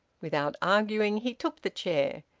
without arguing, he took the chair.